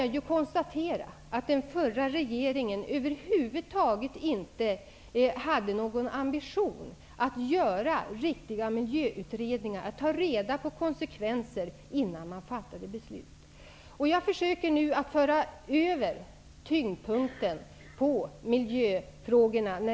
Jag kan då konstatera att den förra regeringen över huvud taget inte hade någon ambition att göra riktiga miljöutredningar och ta reda på konsekvenserna innan beslut fattades. I fråga om samhällsplaneringen försöker jag nu att föra över tyngdpunkten på miljöfrågorna.